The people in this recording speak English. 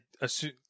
assume